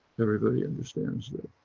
everybody understands that.